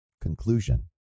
Conclusion